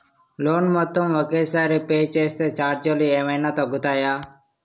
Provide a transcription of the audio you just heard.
Loan మొత్తం ఒకే సారి పే చేస్తే ఛార్జీలు ఏమైనా తగ్గుతాయా?